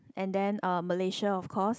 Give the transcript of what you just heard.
and then uh Malaysia of course